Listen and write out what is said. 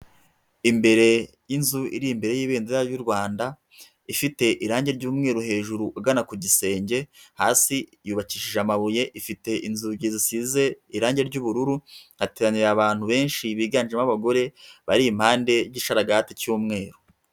Imbere y'inzu iri imbere y'ibendera ry'u Rwanda, ifite irangi ry'umweru hejuru ugana ku gisenge, hasi yubakishije amabuye, ifite inzugi zisize irangi ry'ubururu, hateranira abantu benshi biganjemo abagore, bari impande y'igishararagati cy cy'umweru.